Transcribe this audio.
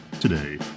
today